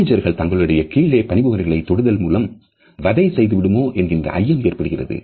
மேனேஜர்கள் தங்களுடைய கீழே பணிபுரிபவர்களை தொடுதல் மூலம் வதை செய்து விடுமோ என்கின்ற ஐயம் ஏற்படுகிறது